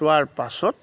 চোৱাৰ পাছত